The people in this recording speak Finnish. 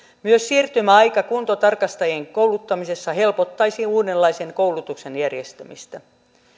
myös siirtymäaika kuntotarkastajien kouluttamisessa helpottaisi uudenlaisen koulutuksen järjestämistä